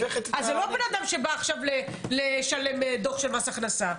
זה לא בן אדם שבא עכשיו לשלם דוח של מס הכנסה.